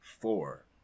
four